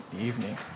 Evening